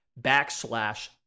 backslash